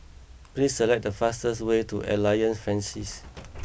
please select the fastest way to Alliance Francaise